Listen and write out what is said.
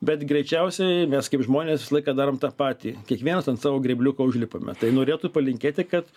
bet greičiausiai mes kaip žmonės visą laiką darom tą patį kiekvienas ant savo grėbliuko užlipame tai norėtų palinkėti kad